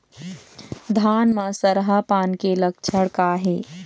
धान म सरहा पान के लक्षण का हे?